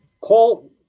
call